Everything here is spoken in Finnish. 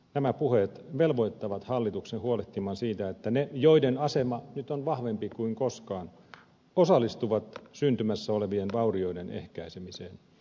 nämä puheet velvoittavat hallituksen huolehtimaan siitä että ne joiden asema nyt on vahvempi kuin koskaan osallistuvat syntymässä olevien vaurioiden ehkäisemiseen